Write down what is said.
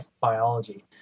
biology